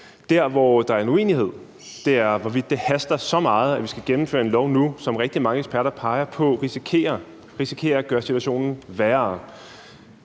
Der, hvor der er en uenighed, er, hvorvidt det haster så meget, at vi skal gennemføre en lov nu, som rigtig mange eksperter peger på risikerer at gøre situationen værre.